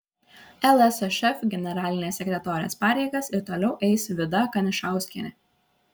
lsšf generalinės sekretorės pareigas ir toliau eis vida kanišauskienė